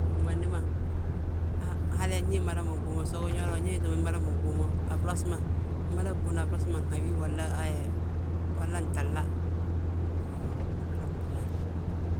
Gimandi ma hal ndu ugi yaa uu tti mada mo ɓuuna, nmada ɓuuna a frasa ma nhabi walla, nthala, iyoo umada gbuna haj.